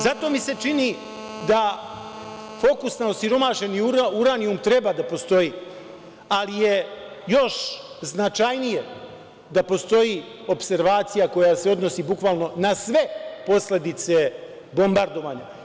Zato mi se čini da fokus na osiromašeni uranijum treba da postoji, ali je još značajnije da postoji opservacija koja se odnosi bukvalno na sve posledice bombardovanja.